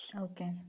Okay